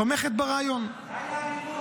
הממשלה תומכת ברעיון -- די לאלימות.